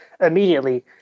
Immediately